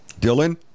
Dylan